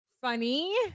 funny